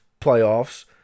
playoffs